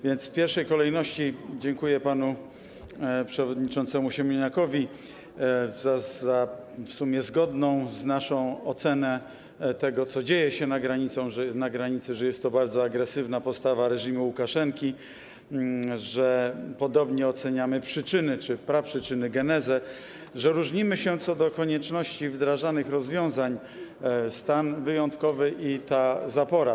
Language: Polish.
W pierwszej kolejności dziękuję panu przewodniczącemu Siemoniakowi za w sumie zgodną z naszą ocenę tego, co dzieje się na granicy, że jest to bardzo agresywna postawa reżimu Łukaszenki, że podobnie oceniamy przyczyny czy praprzyczyny, genezę, że różnimy się co do konieczności wdrażanych rozwiązań - stan wyjątkowy i zapora.